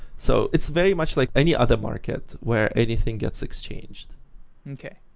so it's very much like any other market where anything gets exchanged okay.